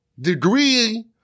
degree